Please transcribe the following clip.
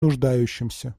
нуждающимся